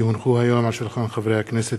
כי הונחו היום על שולחן הכנסת,